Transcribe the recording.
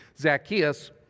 Zacchaeus